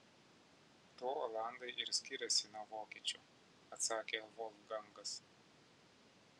tuo olandai ir skiriasi nuo vokiečių atsakė volfgangas